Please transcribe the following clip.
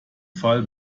fall